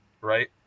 right